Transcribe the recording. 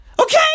Okay